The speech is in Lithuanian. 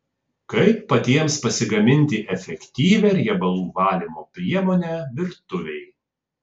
kaip patiems pasigaminti efektyvią riebalų valymo priemonę virtuvei